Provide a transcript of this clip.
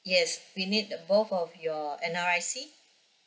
yes we need the both of your N_R_I_C